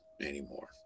anymore